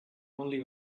only